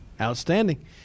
Outstanding